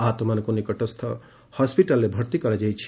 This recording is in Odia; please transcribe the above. ଆହତମାନଙ୍କୁ ନିକଟସ୍ଥ ହସ୍ୱିଟାଲରେ ଭର୍ତ୍ତି କରାଯାଇଛି